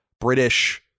British